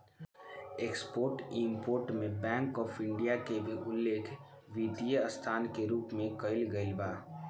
export import में bank of India के भी उल्लेख वित्तीय संस्था के रूप में कईल गईल बा